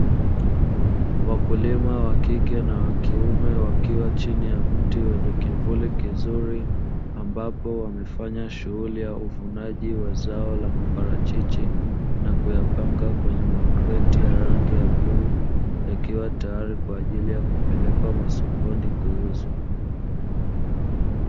Wakulima wa kike na wa kiume, wakiwa chini ya mti wenye kivuli kizuri, ambapo wamefanya shughuli ya uvunaji wa zao la maparachichi na kuyapanga kwenye makreti ya rangi ya bluu, yakiwa tayari kwa ajili ya kupelekwa masokoni kuuzwa.